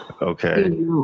Okay